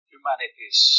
Humanities